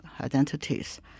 identities